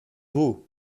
dos